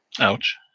Ouch